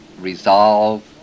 resolve